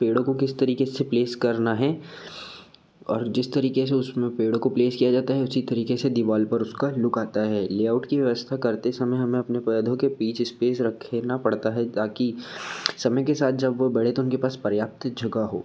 पेड़ों को किस तरीक़े से प्लेस करना है और जिस तरीक़े से उसमें पेड़ों को प्लेस किया जाता है उसी तरीक़े से दीवार पर उसका लुक आता है लेआउट की व्यवस्था करते समय हमें अपने पौधों के पीछे इस्पेस रखना पड़ता है ताकि समय के साथ जब वह बढ़ें तो उनके पास पर्याप्त जगह हो